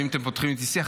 ואם אתם פותחים איתי שיח,